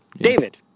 David